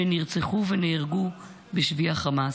שנרצחו ונהרגו בשבי החמאס.